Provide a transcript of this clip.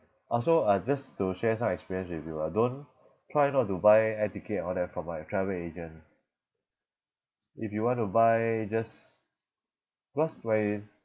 ah so uh just to share some experience with you lah don't try not to buy air ticket and all that from a travel agent if you want to buy just because when